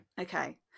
Okay